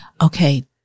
Okay